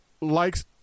likes –